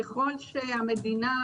ככל שהמדינה,